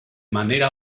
manera